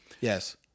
Yes